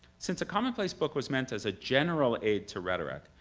since a commonplace book was meant as a general aid to rhetoric,